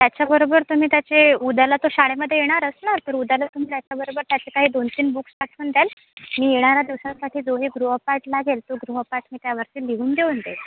त्याच्याबरोबर तुम्ही त्याचे उद्याला तो शाळेमध्ये येणारच ना तर उद्याला तुम्ही त्याच्याबरोबर त्याचे काही दोन तीन बुक्स पाठवून द्याल मी येणाऱ्या दिवसांसाठी दोन्ही गृहपाठ लागेल तो गृहपाठ मी त्यावरती लिहून देऊन देईल